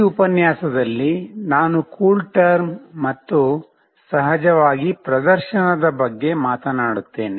ಈ ಉಪನ್ಯಾಸದಲ್ಲಿ ನಾನು ಕೂಲ್ ಟರ್ಮ್ ಮತ್ತು ಸಹಜವಾಗಿ ಪ್ರದರ್ಶನದ ಬಗ್ಗೆ ಮಾತನಾಡುತ್ತೇನೆ